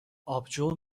آبجو